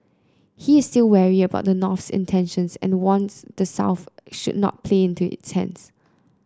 he is still wary about the North's intentions and warns the South should not play into its hands